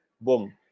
boom